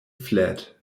flat